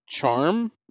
Charm